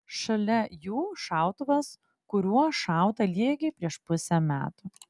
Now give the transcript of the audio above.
šalia jų šautuvas kuriuo šauta lygiai prieš pusę metų